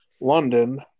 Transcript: London